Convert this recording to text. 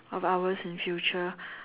of ours in future